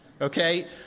okay